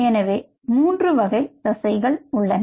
எனவே மூன்று வகை தசைகள் உள்ளன